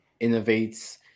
innovates